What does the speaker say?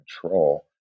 control